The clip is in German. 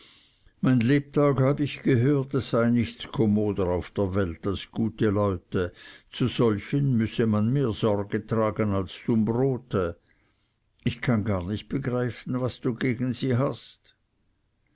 mein lebtag habe ich gehört es sei nichts kommoder auf der welt als gute leute zu solchen müsse man mehr sorge tragen als zum brote ich kann gar nicht begreifen was du gegen sie hast